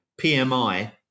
PMI